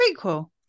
prequel